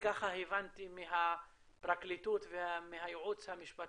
ככה הבנתי מהפרקליטות ומהייעוץ המשפטי,